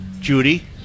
Judy